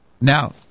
Now